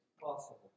possible